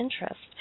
interest